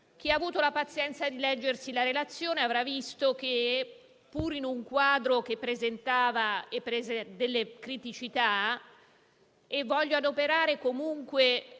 Chi ha avuto la pazienza di leggere la relazione avrà visto un quadro che presentava delle criticità. Voglio adoperare comunque